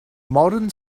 modern